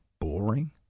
boring